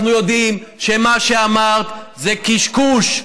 היום אנחנו יודעים שמה שאמרת זה קשקוש,